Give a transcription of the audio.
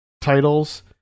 titles